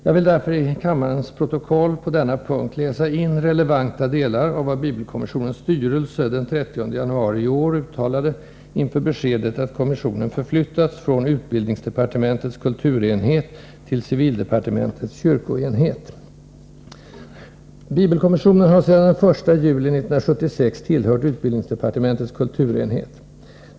Jag vill därför till kammarens protokoll på denna punkt läsa in relevanta delar av vad bibelkommissionens styrelse den 30 januari i år uttalade inför beskedet att kommissionen förflyttats från utbildningsdepartementets kulturenhet till civildepartementets kyrkoenhet: ”Bibelkommissionen har sedan 1 juli 1976 tillhört utbildningsdepartementets kulturenhet.